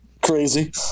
crazy